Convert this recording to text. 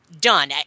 Done